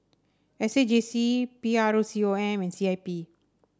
S A J C P R O C O M and C I P